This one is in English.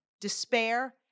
despair